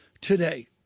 today